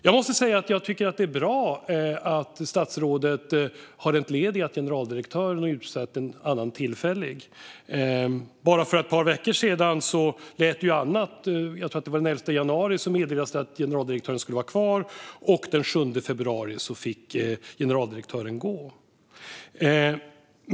Jag måste säga att jag tycker att det är bra att statsrådet har entledigat generaldirektören och utsett en annan tillfällig. För bara ett par veckor sedan lät det på ett annat sätt. Jag tror att det var den 11 januari som det meddelades att generaldirektören skulle vara kvar. Men den 7 februari fick generaldirektören gå.